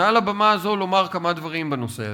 מעל הבמה הזו לומר כמה דברים בנושא הזה.